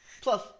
Plus